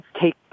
take